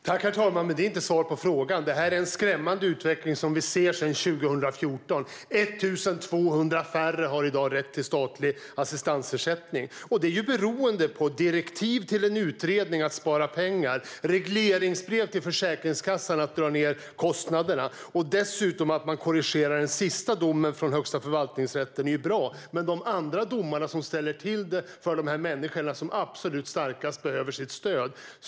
Herr talman! Detta var dock inte svar på min fråga. Det här är en skrämmande utveckling, som vi har sett sedan 2014. I dag har 1 200 färre rätt till statlig assistansersättning. Detta beror på direktiven till en utredning att spara pengar och regleringsbrev till Försäkringskassan att dra ned på kostnaderna. Att man korrigerar den sista domen från Högsta förvaltningsrätten är bra, men andra domar ställer till det för de människor som absolut mest behöver sitt stöd.